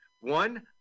One